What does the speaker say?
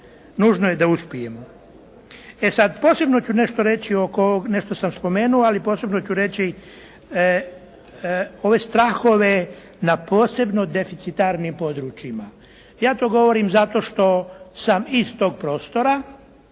Nužno je da uspijemo. E sad posebno ću nešto reći oko ovog, nešto sam spomenuo ali posebno ću reći ove strahove na posebno deficitarnim područjima. Ja to govorim zato što sam iz tog prostora